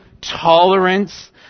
tolerance